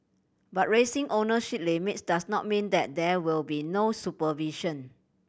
but raising ownership limits does not mean that there will be no supervision